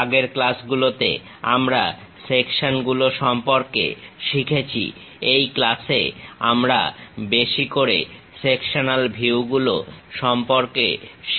আগের ক্লাসগুলোতে আমরা সেকশন গুলো সম্পর্কে শিখেছি এই ক্লাসে আমরা বেশি করে সেকশনাল ভিউ গুলো সম্পর্কে শিখব